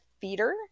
feeder